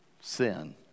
sin